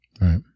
right